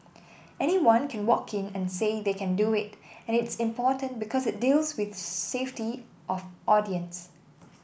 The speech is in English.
anyone can walk in and say they can do it and it's important because it deals with safety of audience